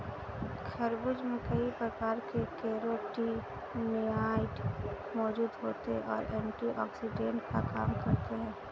खरबूज में कई प्रकार के कैरोटीनॉयड मौजूद होते और एंटीऑक्सिडेंट का काम करते हैं